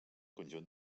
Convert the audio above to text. conjunt